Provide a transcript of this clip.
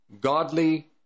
godly